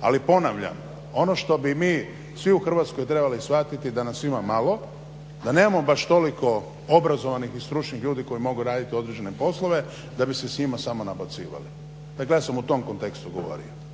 Ali ponavljam, ono što bi mi svi u Hrvatskoj trebali shvatiti da nas ima malo, da nemamo baš toliko obrazovanih i stručnih ljudi koji mogu raditi određene poslove da bi se s njima samo nabacivali. Dakle, ja sam u tom kontekstu govorio.